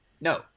No